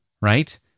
right